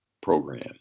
program